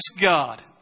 God